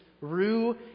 rue